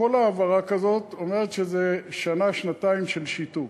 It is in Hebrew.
כל העברה כזאת אומרת שזה שנה-שנתיים של שיתוק,